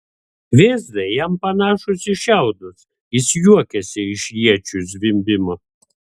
vėzdai jam panašūs į šiaudus jis juokiasi iš iečių zvimbimo